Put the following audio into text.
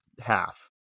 half